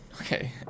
Okay